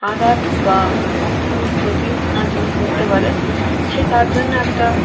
আঘাত বা কোনো ক্ষতি না যেন করতে পারে সেই তার জন্য একটা